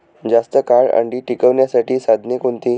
जास्त काळ अंडी टिकवण्यासाठी साधने कोणती?